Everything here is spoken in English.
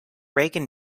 reagan